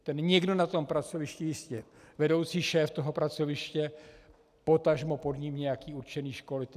Ten někdo na tom pracovišti, jistě, vedoucí šéf toho pracoviště, potažmo pod ním nějaký určený školitel.